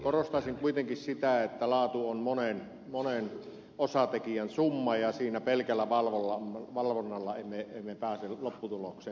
korostaisin kuitenkin sitä että laatu on monen osatekijän summa ja siinä pelkällä valvonnalla emme pääse lopputulokseen